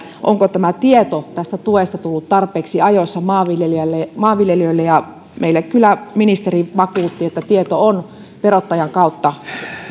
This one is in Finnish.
onko tieto tästä tuesta tullut tarpeeksi ajoissa maanviljelijöille ja meille kyllä ministeri vakuutti että tieto on verottajan kautta